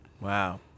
Wow